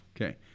Okay